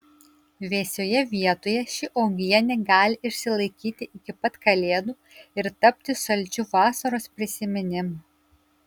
vėsioje vietoje ši uogienė gali išsilaikyti iki pat kalėdų ir tapti saldžiu vasaros prisiminimu